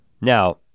Now